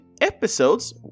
episodes